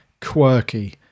Quirky